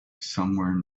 somewhere